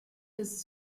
his